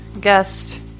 guest